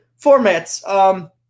formats